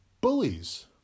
bullies